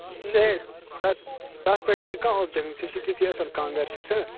نہ حظ تَتھ تَتھ پیٚٹھ یی نہٕ کانٛہہ اوٚبجیک سُہ چھِ ژےٚ ژےٚ اَصٕل کانٛگٕر چھِ سۄ